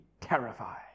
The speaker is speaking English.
terrified